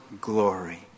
glory